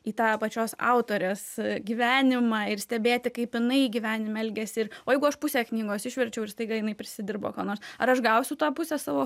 į tą pačios autorės gyvenimą ir stebėti kaip jinai gyvenime elgiasi ir o jeigu aš pusę knygos išverčiau ir staiga jinai prisidirbo ką nors ar aš gausiu tą pusę savo